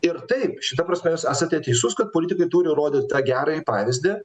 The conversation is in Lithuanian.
ir taip šita prasme jūs esate teisus kad politikai turi rodyt tą gerąjį pavyzdį